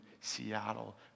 Seattle